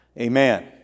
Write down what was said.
Amen